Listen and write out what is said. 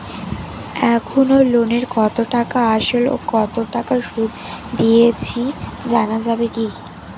এখনো লোনের কত টাকা আসল ও কত টাকা সুদ দিয়েছি জানা যাবে কি?